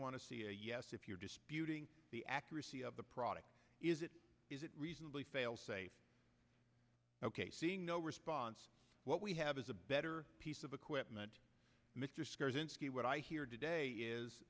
want to see a yes if you're disputing the accuracy of the product is it is it reasonably fail safe ok no response what we have is a better piece of equipment what i hear today is